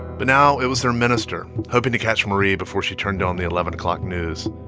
but now it was their minister, hoping to catch marie before she turned on the eleven o'clock news.